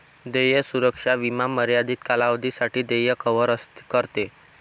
देय सुरक्षा विमा मर्यादित कालावधीसाठी देय कव्हर करते